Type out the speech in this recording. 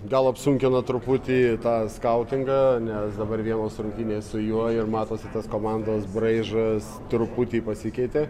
gal apsunkino truputį tą skautingą nes dabar vienos rungtynės su juo ir matosi tas komandos braižas truputį pasikeitė